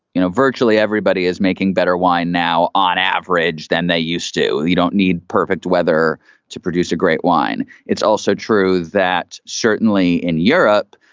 you know, virtually everybody is making better wine now on average than they used to. you don't need perfect weather to produce a great wine. it's also true that certainly in europe,